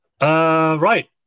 Right